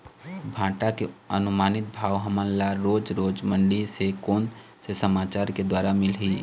भांटा के अनुमानित भाव हमन ला रोज रोज मंडी से कोन से समाचार के द्वारा मिलही?